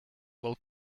will